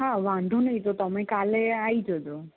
હા વાંધો નહીં તો તમે કાલે આવી જજો